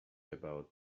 about